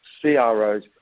CROs